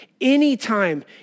Anytime